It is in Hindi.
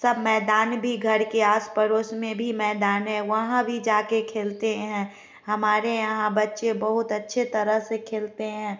सब मैदान भी घर के आस पड़ोस में भी मैदान है वहाँ भी जाके खेलते है हमारे यहाँ बच्चे बहुत अच्छे तरह से खेलते है